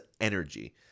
energy